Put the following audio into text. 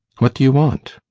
what do you want?